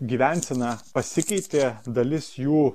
gyvensena pasikeitė dalis jų